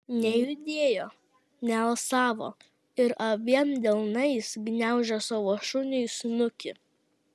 nejudėjo nealsavo ir abiem delnais gniaužė savo šuniui snukį